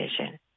vision